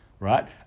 Right